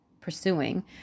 pursuing